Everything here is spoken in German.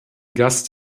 gast